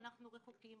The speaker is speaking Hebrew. אנחנו רחוקים.